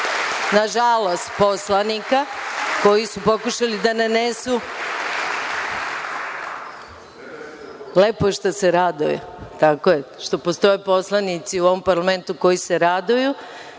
nažalost, poslanika, koji su pokušali da nanesu… Lepo je što se raduju, tako je, što postoje poslanici u ovom parlamentu koji se raduju